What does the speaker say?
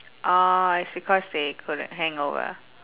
ah it's because they got a hangover